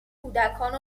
کودکان